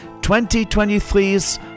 2023's